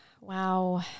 Wow